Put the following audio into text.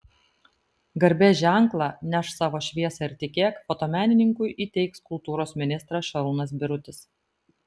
garbės ženklą nešk savo šviesą ir tikėk fotomenininkui įteiks kultūros ministras šarūnas birutis